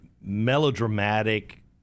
melodramatic